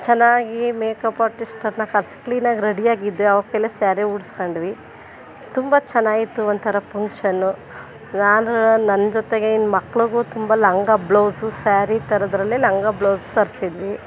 ಚೆನ್ನಾಗಿ makeup artist ಅವ್ರನ್ನ ಕರ್ಸಿ ಕ್ಲೀನಾಗಿ ರೆಡಿಯಾಗಿದ್ದೆ ಅವ್ರ ಕೈಯ್ಯಲ್ಲೇ ಸ್ಯಾರಿ ಉಡ್ಸ್ಕೊಂಡ್ವಿ ತುಂಬ ಚೆನ್ನಾಗಿತ್ತು ಒಂಥರ ಪಂಕ್ಷನ್ನು ನಾನು ನನ್ನ ಜೊತೆಗೆ ಇನ್ನು ಮಕ್ಳಿಗೂ ತುಂಬ ಲಂಗ ಬ್ಲೌಸು ಸ್ಯಾರಿ ಥರದ್ದರಲ್ಲೇ ಲಂಗ ಬ್ಲೌಸ್ ತರಿಸಿದ್ವಿ